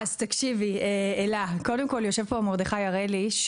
תקשיבי, יושב פה מרדכי הראלי,